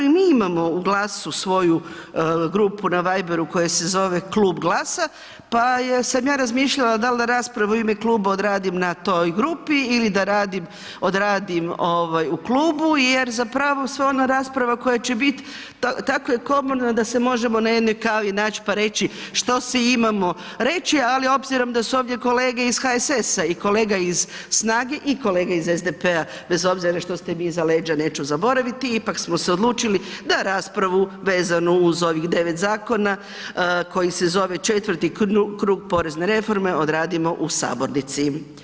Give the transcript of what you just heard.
I mi imamo u GLAS-u svoju grupu na viberu koja se zove klub GLAS-a pa sam ja razmišljala da li da raspravu u ime kluba odradim na toj grupi ili da odradim u klubu jer zapravo sva ona rasprava koja će biti tako je ... da se možemo na jednoj kavi naći pa reći što si imamo reći ali obzirom da su ovdje kolege iz HSS-a i kolega iz SNAGA-e i kolega iz SDP-a, bez obzira što ste mi iza leđa neću zaboraviti ipak smo se odlučili da raspravu vezanu uz ovih 9 zakona koji se zove 4. krug porezne reforme odradimo u sabornici.